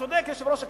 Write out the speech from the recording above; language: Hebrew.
וצודק יושב-ראש הכנסת,